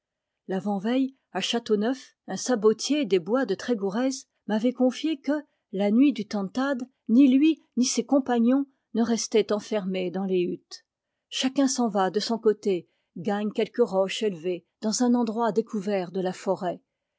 l'avant-veille à châteauneuf un sabotier des bois de trégourez m'avait confié que la nuit du tantad ni lui ni ses compagnons ne restaient enfermés dans les huttes chacun s'en va de son côté gagne quelque roche élevée dans un endroit découvert de la forêt